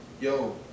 yo